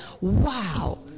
Wow